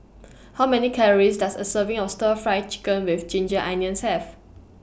How Many Calories Does A Serving of Stir Fry Chicken with Ginger Onions Have